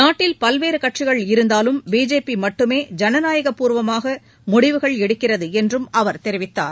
நாட்டில் பல்வேறு கட்சிகள் இருந்தாலும் பிஜேபி மட்டுமே ஜனநாயகப்பூர்வமாக முடிவுகள் எடுக்கிறது என்றும் அவர் தெரிவித்தார்